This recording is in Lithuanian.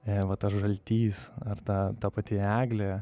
va tas žaltys ar ta ta pati eglė